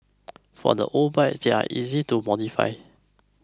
for the old bikes they're easy to modify